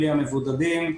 בלי המבודדים,